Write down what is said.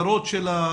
-- זכאות להזנה, יש.